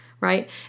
Right